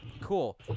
cool